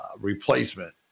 replacement